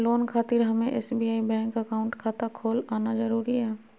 Loan खातिर हमें SBI bank account खाता खोल आना जरूरी है?